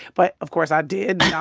but of course i did. yeah